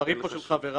מהדברים שפה של חבריי